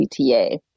CTA